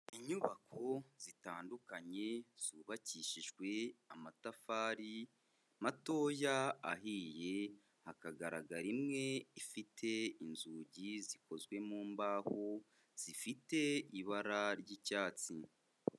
Inyubako zitandukanye zubakishijwe amatafari matoya ahiye, hakagaragara imwe ifite inzugi zikozwe mu mbaho zifite ibara ry'icyatsi.